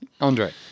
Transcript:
Andre